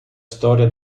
storia